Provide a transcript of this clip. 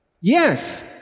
Yes